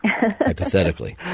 Hypothetically